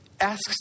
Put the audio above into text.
asks